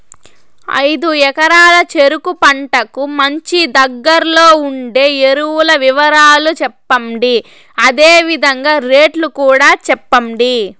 ఐదు ఎకరాల చెరుకు పంటకు మంచి, దగ్గర్లో ఉండే ఎరువుల వివరాలు చెప్పండి? అదే విధంగా రేట్లు కూడా చెప్పండి?